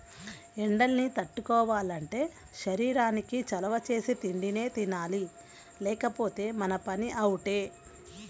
ఎండల్ని తట్టుకోవాలంటే శరీరానికి చలవ చేసే తిండినే తినాలి లేకపోతే మన పని అవుటే